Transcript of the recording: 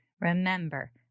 remember